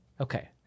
Okay